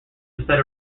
instead